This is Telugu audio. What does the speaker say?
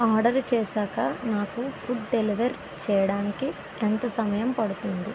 ఆర్డరు చేసాక నాకు ఫుడ్ డెలివర్ చేయడానికి ఎంత సమయం పడుతుంది